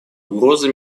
угрозы